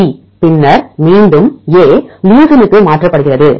D பின்னர் மீண்டும் A லியூசினுக்கு மாற்றப்படுகிறது